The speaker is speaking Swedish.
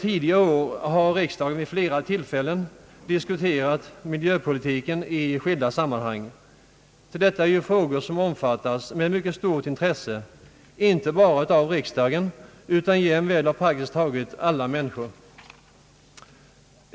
Riksdagen har tidigare vid flera tillfällen diskuterat miljöpolitiken i skilda sammanhang. Detta är ju något som omfattas med mycket stort intresse inte bara av riksdagen utan av praktiskt taget alla människor.